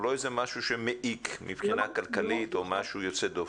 הוא לא משהו שמעיק מבחינה כלכלית או משהו יוצא דופן.